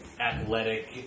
Athletic